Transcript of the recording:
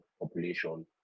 population